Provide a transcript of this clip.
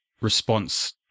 response